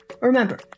Remember